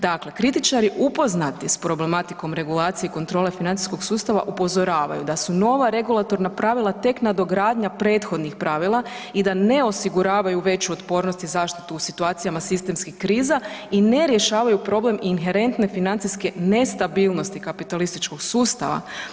Dakle, kritičari upoznati s problematikom regulacije kontrole financijskog sustava upozoravaju da su nova regulatorna pravila tek nadogradnja prethodnih pravila i da ne osiguravaju veću otpornost i zaštitu u situacijama sistemskih kriza i ne rješavaju problem inherentne financijske nestabilnosti kapitalističkog sustava.